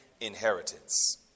inheritance